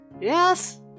Yes